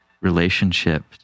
relationship